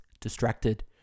Distracted